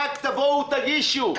רק תבואו ותגישו,